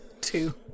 Two